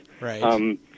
Right